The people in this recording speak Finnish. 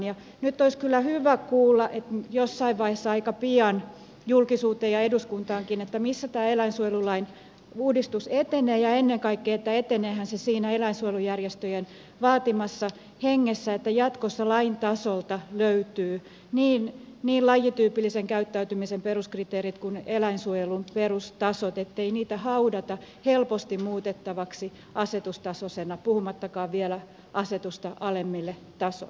nyt olisi kyllä hyvä kuulla jossain vaiheessa aika pian julkisuudessa ja eduskunnassakin missä tämä eläinsuojelulain uudistus etenee ja ennen kaikkea että eteneehän se siinä eläinsuojelujärjestöjen vaatimassa hengessä että jatkossa lain tasolta löytyvät niin lajityypillisen käyttäytymisen peruskriteerit kuin eläinsuojelun perustasot ettei niitä haudata helposti muutettavaksi asetustasoisena puhumattakaan vielä asetusta alemmille tasoille